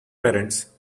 parents